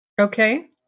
okay